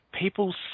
people